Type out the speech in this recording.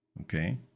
Okay